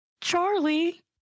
Charlie